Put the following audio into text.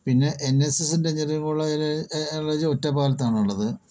പിന്നെ N S എസിൻ്റെ engineering college college ഒറ്റപ്പാലത്താണ് ഉള്ളത്